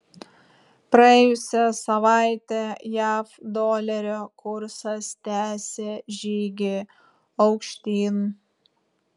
praėjusią savaitę jav dolerio kursas tęsė žygį aukštyn